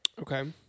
Okay